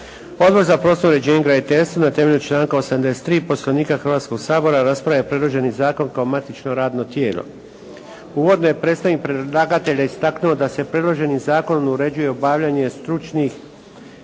Odbor za prostorno uređenje i graditeljstvo je na temelju članka 83. Poslovnika Hrvatskog sabora raspravio je predloženi zakon kao matično radno tijelo. Uvodno je predstavnik predlagatelja istaknuo da se predloženi zakonom uređuje obavljanje stručnih